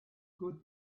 good